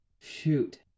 shoot